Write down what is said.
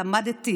שלמדתי